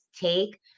take